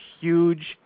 huge –